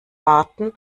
warten